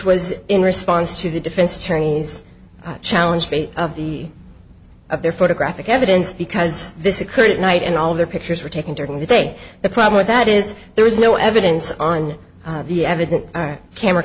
was in response to the defense attorney's challenge of the of their photographic evidence because this occurred at night and all their pictures were taken during the day the problem with that is there was no evidence on the evidence camera